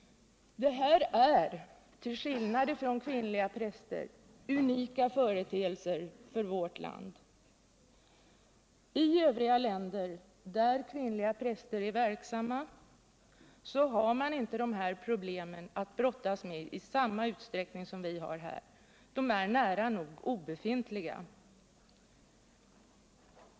Det här är, till skillnad från kvinnliga präster, unika företeelser för vårt land. I övriga länder där kvinnliga präster är verksamma har man inte problem att brottas med i samma utsträckning som vi har här. De är nära nog obefintliga.